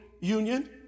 Union